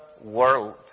world